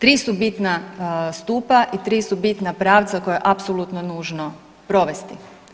Tri su bitna stupa i tri su bitna pravca koja je apsolutno nužno provesti.